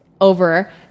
over